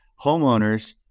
homeowners